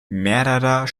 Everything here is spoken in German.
mehrerer